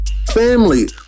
Family